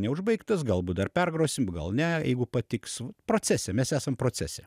neužbaigtas galbūt dar pergrosim gal ne jeigu patiks procese mes esam procese